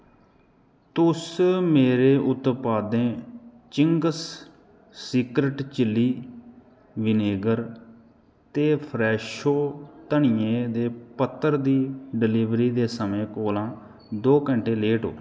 तुस मेरे उत्पादें चिंग्स सीक्रट चिल्ली विनेगर ते फ्रैशो धनिये दे पत्तर दी डलीवरी दे समें कोला दो घैंटे लेट ओ